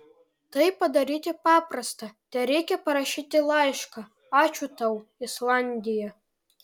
tai padaryti paprasta tereikia parašyti laišką ačiū tau islandija